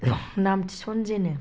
नाम थिसनजेनो